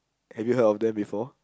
have you heard of them before